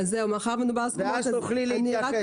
ואז תוכלי להתייחס.